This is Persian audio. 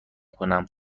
کنم